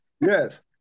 Yes